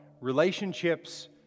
relationships